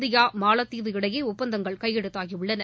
India மாலத்தீவு இடையே ஒப்பந்தங்கள் கையெழுத்தாகி உள்ளன